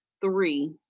three